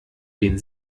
den